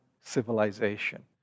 civilization